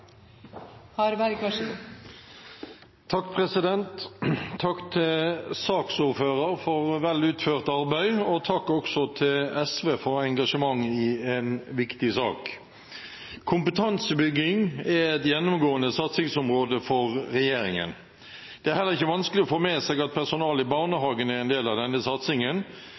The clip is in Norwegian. til saksordfører for vel utført arbeid. Takk også til SV for engasjement i en viktig sak. Kompetansebygging er et gjennomgående satsingsområde for regjeringen. Det er heller ikke vanskelig å få med seg at personalet i